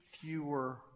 fewer